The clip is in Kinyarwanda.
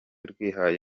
rwihaye